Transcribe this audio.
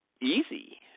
easy